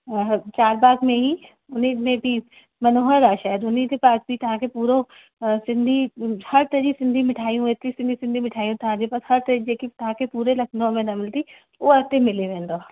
ऐं चारबाग में ई उनमें बि मनोहर आहे शायद उनजे पास बि तव्हांखे पूरो सिंधी हर तरह जी सिंधी मिठायूं एतिरी सिंधी सिंधी मिठायूं तव्हांजे पास हर तरीके़ जी जेकी तव्हांखे पूरे लखनऊ न मिलंदी हूअ उते मिली वेंदव